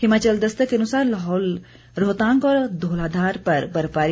हिमाचल दस्तक के अनुसार लाहौल रोहतांग और घौलाघार पर बर्फबारी